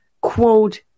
quote